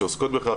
שעוסקות בכך,